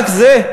רק זה?